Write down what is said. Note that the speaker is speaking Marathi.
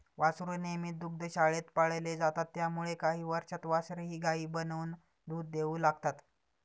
वासरू नेहमी दुग्धशाळेत पाळले जातात त्यामुळे काही वर्षांत वासरेही गायी बनून दूध देऊ लागतात